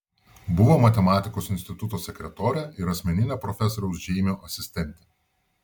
buvo matematikos instituto sekretorė ir asmeninė profesoriaus žeimio asistentė